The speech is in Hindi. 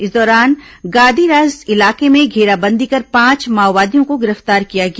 इस दौरान गादीरास इलाके में घेराबंदी कर पांच माओवादियों को गिरफ्तार किया गया